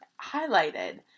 highlighted